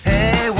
Hey